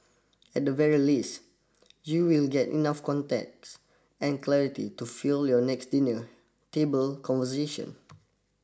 at the very least you will get enough context and clarity to fuel your next dinner table conversation